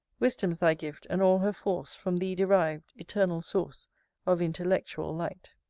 wisdom's thy gift, and all her force from thee deriv'd, eternal source of intellectual light!